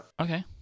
Okay